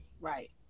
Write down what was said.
Right